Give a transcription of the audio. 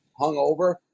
hungover